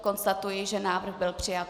Konstatuji, že návrh byl přijat.